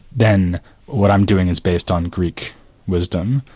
then what i'm doing is based on greek wisdom,